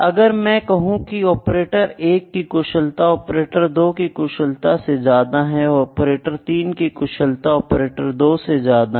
अगर मैं कहुँ की ऑपरेटर 1 की कुशलता ऑपरेटर 2 की कुशलता से ज्यादा है और ऑपरेटर 3 की कुशलता ऑपरेटर 2 से ज्यादा है